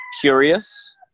curious